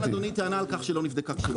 לא שמעתי מאדוני טענה על כך שלא נבדקה כשירות.